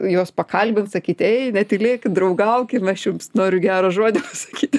juos pakalbint sakyti ei netylėkit draugaukim aš jums noriu gerą žodį pasaky